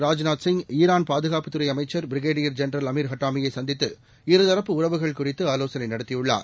Rajnath Singh Iran பாதுகாப்பு துறை அமைச்சர் பிரிகேடியர் ஜெனரல் அமிர் ஹட்டாமியை சந்தித்து இருதரப்பு உறவுகள் குறித்து ஆலோசனை நடத்தியுள்ளார்